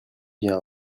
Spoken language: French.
via